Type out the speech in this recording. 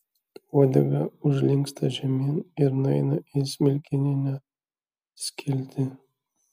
uodega užlinksta žemyn ir nueina į smilkininę skiltį